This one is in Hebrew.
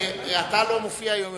היום אתה לא מופיע יותר במסתייגים,